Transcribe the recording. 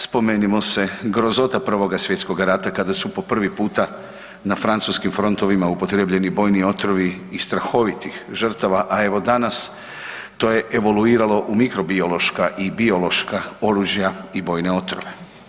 Spomenimo se grozota Prvoga svjetskoga rata kada su po prvi puta na francuskim frontovima upotrijebljeni bojni otrovi i strahovitih žrtava, a evo danas to je evaluiralo u mikrobiološka i biološka oružja i bojne otrove.